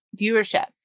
viewership